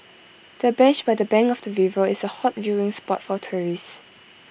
the bench by the bank of the river is A hot viewing spot for tourists